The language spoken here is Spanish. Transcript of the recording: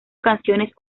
canciones